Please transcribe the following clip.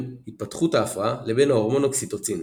התפתחות ההפרעה לבין ההורמון אוקסיטוצין,